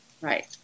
Right